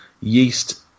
yeast